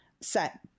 set